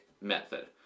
method